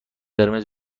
قرمز